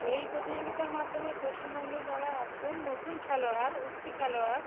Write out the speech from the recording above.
এই প্রতিযোগিতার মাধ্যমে পশ্চিমবঙ্গের যারা একদম নতুন খেলোয়াড় উঠতি খেলোয়াড়